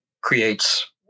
creates